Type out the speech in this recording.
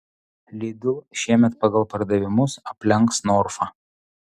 lidl šiemet pagal pardavimus aplenks norfą